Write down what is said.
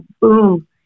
boom